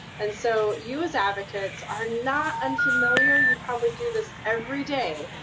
and so you, as advocates, are not unfamiliar. you probably do this every day.